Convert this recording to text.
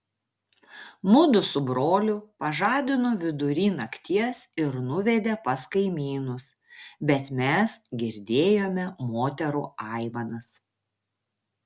mudu su broliu pažadino vidury nakties ir nuvedė pas kaimynus bet mes girdėjome moterų aimanas